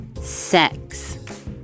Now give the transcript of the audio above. sex